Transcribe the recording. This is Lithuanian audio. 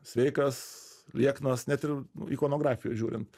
sveikas lieknas net ir ikonografijoj žiūrint